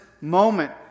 moment